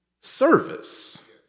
service